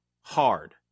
hard